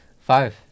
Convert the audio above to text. Five